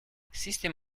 system